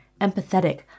empathetic